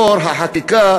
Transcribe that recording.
לאור החקיקה,